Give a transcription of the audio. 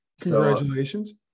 Congratulations